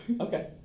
okay